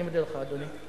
אני מודה לך, אדוני.